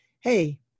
hey